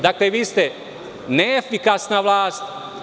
Dakle, vi ste neefikasna vlast.